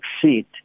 succeed